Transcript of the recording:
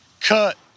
cut